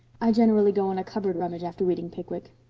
i generally go on a cupboard rummage after reading pickwick.